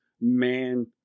man